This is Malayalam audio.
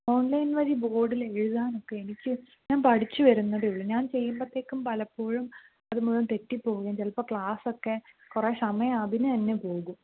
ഓണ്ലൈന് വഴി ബോർഡിൽ എഴുതാനൊക്കെ എനിക്ക് ഞാന് പഠിച്ചുവരുന്നതേ ഉള്ളൂ ഞാന് ചെയ്യുമ്പോഴത്തേക്കും പലപ്പോഴും അതുമുഴുവന് തെറ്റിപ്പോവുവേം ചിലപ്പം ക്ലാസ് ഒക്കെ കുറേ സമയം അതിന് തന്നെ പോകും